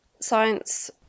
Science